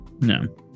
No